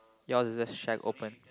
yours isn't shed open